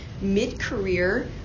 mid-career